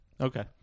Okay